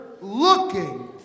looking